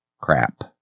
Crap